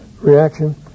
reaction